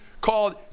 called